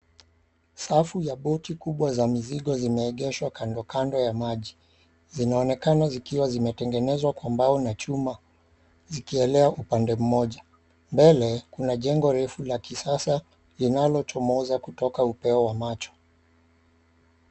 Safu za boti kubwa ya mizigo zimeegeshwa kandokando ya maji, inaonekana zimetengenezwa kwa mbao na chuma zikielea upande moja. Mbele kuna jengo refu la kisasa linalochomoza kutoka upeo wa macho.